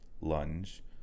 lunge